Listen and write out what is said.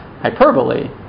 hyperbole